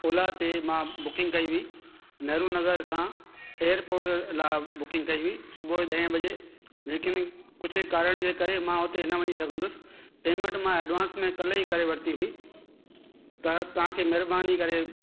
ओला ते मां बुकिंग कई हुई नेहरू नगर खां एयरपोट लाइ बुकिंग कई हुई सुबुह जो ॾह बजे लेकिन कुझु कारण जे करे मां हुते न वञी सघंदुसि पेमैंट मां एडवांस में काल्ह ई करे वरिती हुई त तव्हांखे महिरबानी करे